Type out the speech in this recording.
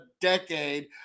decade